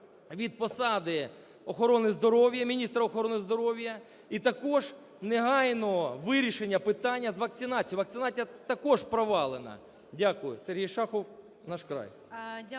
від посади охорони здоров'я, міністра охорони здоров'я і також негайного вирішення питання з вакцинацією, вакцинація також провалена. Дякую. Сергій Шахов, "Наш край".